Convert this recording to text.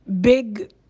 big